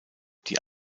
die